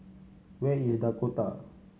where is Dakota